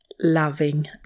loving